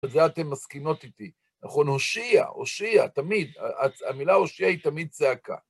על זה אתן מסכימות איתי, נכון? הושיעה, הושיעה, תמיד, המילה הושיעה היא תמיד צעקה.